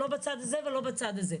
לא בצד הזה ולא בצד הזה.